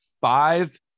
Five